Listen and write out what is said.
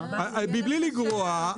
"מבלי לגרוע ...